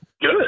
Good